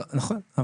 נכון.